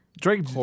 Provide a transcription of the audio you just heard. Drake